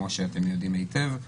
כמו שאתם יודעים היטב,